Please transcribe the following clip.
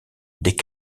des